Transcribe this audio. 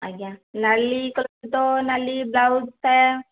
ଆଜ୍ଞା ନାଲି ନାଲି ବ୍ଲାଉଜ୍ଟା